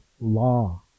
law